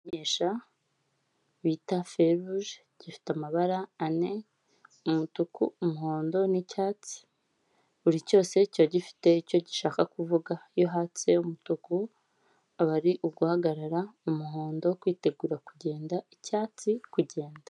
Kimenyesha bita feruje, gifite amabara ane, umutuku, umuhondo n'icyatsi, buri cyose kiba gifite icyo gishaka kuvuga iyo hatse umutuku ari uguhagarara, umuhondo kwitegura kugenda, icyatsi kugenda.